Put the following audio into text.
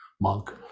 monk